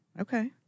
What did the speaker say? Okay